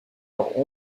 leur